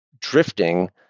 drifting